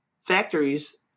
factories